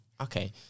okay